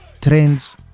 trends